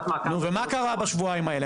ישיבת מעקב --- נו, ומה קרה בשבועיים האלה?